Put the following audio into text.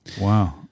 Wow